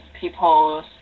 people's